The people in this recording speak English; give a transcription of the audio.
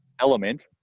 element